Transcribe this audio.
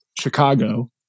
Chicago